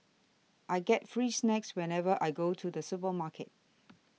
I get free snacks whenever I go to the supermarket